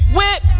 Whip